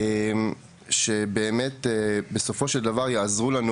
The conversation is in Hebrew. נושאים שבאמת בסופו של דבר יעזרו לנו